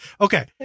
Okay